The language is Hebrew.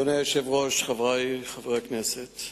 אדוני היושב-ראש, חברי חברי הכנסת,